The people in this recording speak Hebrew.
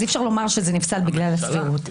אז אי אפשר לומר שזה נפסל בגלל הסבירות.